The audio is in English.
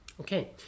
Okay